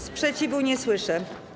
Sprzeciwu nie słyszę.